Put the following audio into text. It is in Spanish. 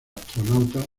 astronautas